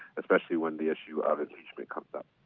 especially when the issue of impeachment comes up.